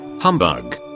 Humbug